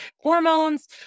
hormones